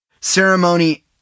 Ceremony